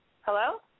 Hello